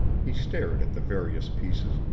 he stared at the various pieces,